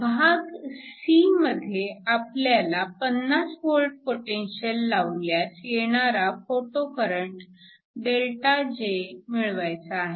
भाग c मध्ये आपल्याला 50V पोटेन्शिअल लावल्यास येणारा फोटो करंट ΔJ मिळवायचा आहे